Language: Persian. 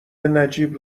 نجیب